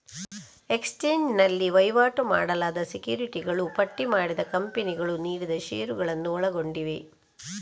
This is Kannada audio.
ಎಕ್ಸ್ಚೇಂಜ್ ನಲ್ಲಿ ವಹಿವಾಟು ಮಾಡಲಾದ ಸೆಕ್ಯುರಿಟಿಗಳು ಪಟ್ಟಿ ಮಾಡಿದ ಕಂಪನಿಗಳು ನೀಡಿದ ಷೇರುಗಳನ್ನು ಒಳಗೊಂಡಿವೆ